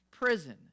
prison